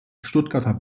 stuttgarter